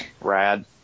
Rad